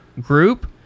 group